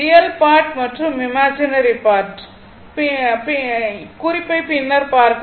real part மற்றும் imaginary part பின்னர் பார்க்கவும்